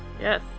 Yes